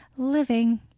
living